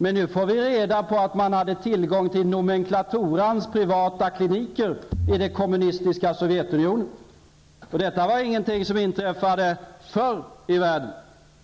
Men nu får vi reda på att man hade tillgång till nomenklaturans privata kliniker i det kommunistiska Sovjetunionen. Detta var ingenting som inträffade förr i världen.